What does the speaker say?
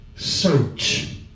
Search